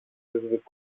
τους